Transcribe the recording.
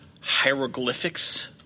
hieroglyphics